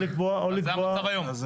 אבל זה המצב היום.